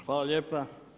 Hvala lijepa.